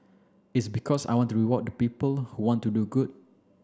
it's because I want to reward the people who want to do good